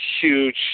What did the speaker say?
huge